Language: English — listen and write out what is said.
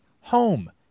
home